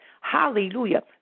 Hallelujah